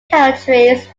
countries